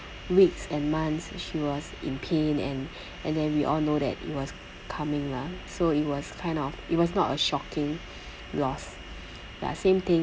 weeks and months she was in pain and and then we all know that it was coming lah so it was kind of it was not a shocking loss ya same thing